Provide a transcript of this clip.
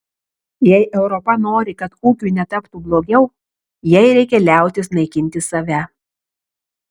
jei europa nori kad ūkiui netaptų blogiau jai reikia liautis naikinti save